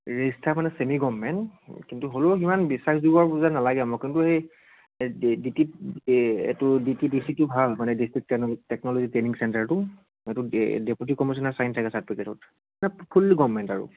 register মানে চেমি government কিন্তু হ'লেও সিমান বিশ্বাসযোগ্য যেন নালাগে মোক কিন্তু এই এই ডি টিত এইটো ডি টি টি চিতো ভাল মানে ডিষ্টিক টেকনলজি ট্ৰেইনিং চেণ্টাৰটো সেইটো ডে ডেপোটি কমিচনাৰৰ চাইন থাকে চাৰ্টিফিকেটত মানে ফুল্লি গভমেণ্ট আৰু